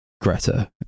Greta